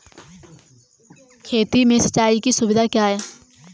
खेती में सिंचाई की सुविधा क्या है?